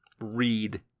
read